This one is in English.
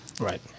Right